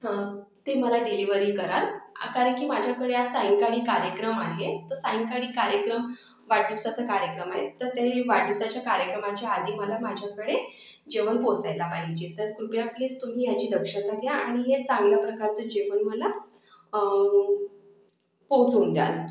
हं ते मला डिलिवरी कराल आ कारण की माझ्याकडे आज सायंकाळी कार्यक्रम आहे तर सायंकाळी कार्यक्रम वाढदिवसाचा कार्यक्रम आहे तर ते वाढदिवसाच्या कार्यक्रमाच्या आधी मला माझ्याकडे जेवण पोचायला पाहिजे तर कृपया प्लीस तुम्ही याची दक्षता घ्या आणि हे चांगलं प्रकारचं जेवण मला पोहोचवून द्याल